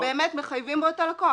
שמחייבים בו את הלקוח,